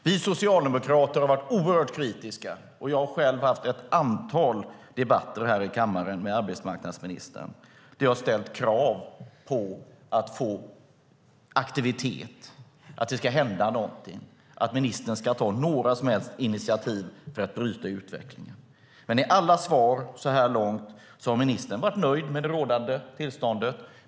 Vi socialdemokrater har varit oerhört kritiska, och jag har själv haft ett antal debatter med arbetsmarknadsministern här i kammaren där jag har ställt krav på aktivitet, på att det ska hända något och att ministern ska ta några som helst initiativ för att bryta utvecklingen, men i alla svar så här långt har ministern varit nöjd med det rådande tillståndet.